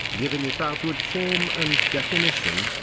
giving it outward form and definition,